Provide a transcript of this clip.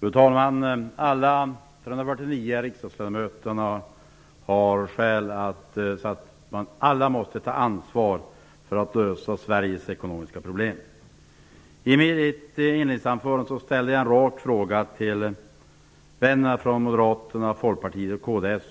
Fru talman! Samtliga 349 riksdagsledamöter har skäl att säga att alla måste ta ansvar för att Sveriges ekonomiska problem löses. I mitt inledningsanförande ställde jag en rak fråga till vännerna hos Moderaterna, Folkpartiet och kds: